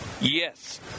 Yes